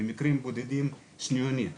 במקרים בודדים שניונית,